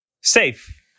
Safe